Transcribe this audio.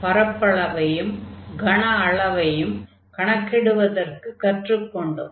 பரப்பளவையும் கன அளவையும் கணக்கிடுவதற்குக் கற்றுக் கொண்டோம்